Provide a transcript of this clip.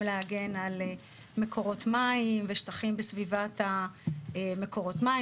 להגן על מקורות מים ושטחים בסביבת מקורות המים,